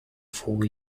four